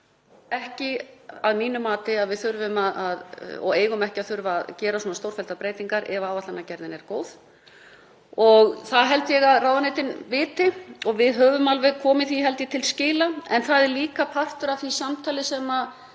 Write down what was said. ekki að mínu mati að við þurfum að — og við eigum ekki að þurfa að gera svona stórfelldar breytingar ef áætlanagerðin er góð og það held ég að ráðuneytin viti. Við höfum alveg komið því, held ég, til skila. En það er líka partur af því samtali sem við